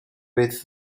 with